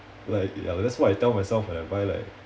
like ya that's what I tell myself when I buy like